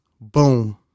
Boom